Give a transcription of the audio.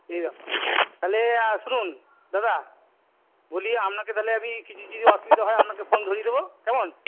এই ব্যাপার তাহলে শুনুন দাদা বলি আপনাকে তাহলে আমি কিছু যদি অসুবিধা হয় আপনাকে ফোন ধরিয়ে দেব কেমন